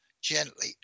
gently